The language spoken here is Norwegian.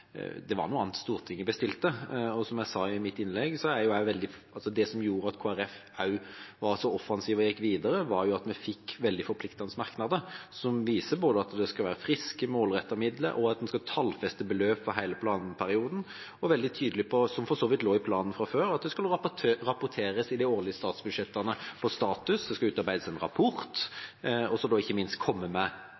det var noe annet Stortinget bestilte. Som jeg sa i mitt innlegg: Det som gjorde at Kristelig Folkeparti var så offensive og gikk videre, var at vi fikk veldig forpliktende merknader, som viser både at det skal være friske, målrettede midler, og at en skal tallfeste beløp for hele planperioden. Merknadene var også veldig tydelige på – som for så vidt lå i planen fra før – at det skulle rapporteres i de årlige statsbudsjettene om status, det skulle utarbeides en rapport,